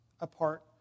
apart